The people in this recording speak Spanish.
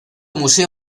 museo